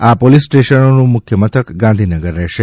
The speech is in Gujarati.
આ પોલીસ સ્ટેશનોનું મુખ્યમથક ગાંધીનગર રહેશે